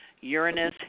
Uranus